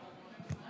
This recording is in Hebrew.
מכובדי היושב-ראש,